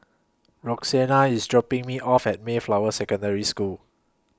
Roxanna IS dropping Me off At Mayflower Secondary School